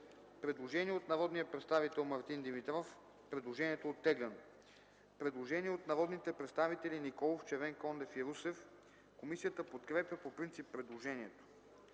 Предложение от народния представител Мартин Димитров, което е оттеглено. Предложение от народните представители Николов, Червенкондев и Русев, което е подкрепено по принцип от комисията.